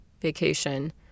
vacation